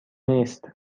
نیست